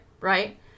right